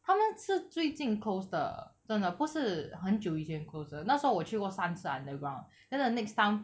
他们是最近 close 的真的不是很久以前 close 的那时候我去过三次 underground then the next time